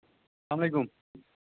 السلام علیکُم